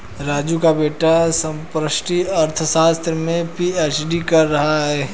राजू का बेटा समष्टि अर्थशास्त्र में पी.एच.डी कर रहा है